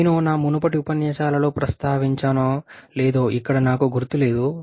నేను నా మునుపటి ఉపన్యాసాలలో ప్రస్తావించానో లేదో ఇక్కడ నాకు గుర్తులేదు